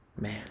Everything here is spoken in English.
Man